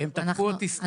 הם תקפו אותי סתם.